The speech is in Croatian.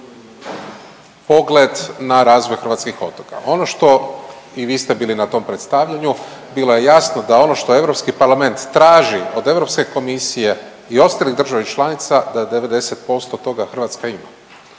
pogled na razvoj hrvatskih otoka. Ono što i vi ste bili na tom predstavljanju bilo je jasno da ono što EU Parlament traži od Europske komisije i ostalih država članica da 90% toga Hrvatska ima,